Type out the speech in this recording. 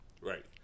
right